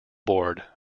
board